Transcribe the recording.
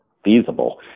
feasible